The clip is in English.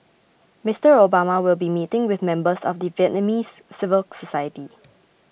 Mister Obama will be meeting with members of the Vietnamese civil society